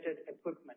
equipment